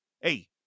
hey